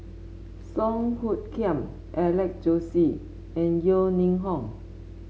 Song Hoot Kiam Alex Josey and Yeo Ning Hong